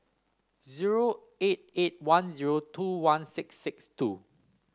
zero eight eight one zero two one six six two